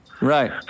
Right